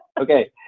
Okay